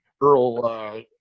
Earl